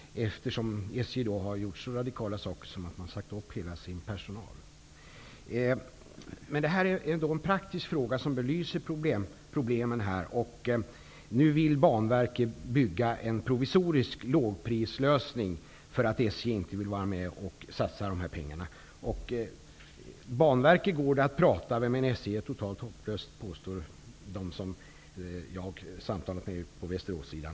SJ har agerat så radikalt att man har sagt upp hela personalen. Det här är en praktisk fråga, som belyser problemen. Nu vill Banverket bygga en provisorisk lågprislösning, eftersom SJ inte vill vara med om att satsa pengarna. Det går att tala med Banverket, men de som jag har varit i kontakt med från Västerås säger att SJ är helt hopplöst.